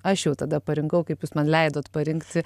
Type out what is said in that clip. aš jau tada parinkau kaip jūs man leidot parinkti